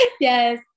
Yes